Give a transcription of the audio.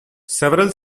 several